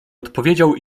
odpowiedział